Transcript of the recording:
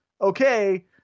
okay